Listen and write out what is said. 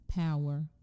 power